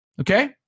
Okay